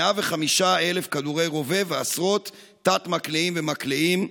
105,000 כדורי רובה ועשרות תת-מקלעים ומקלעים.